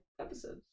episodes